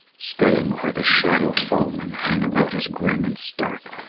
scudding where the shadow foemen hang about us grim and stark,